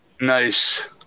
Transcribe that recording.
Nice